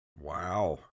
Wow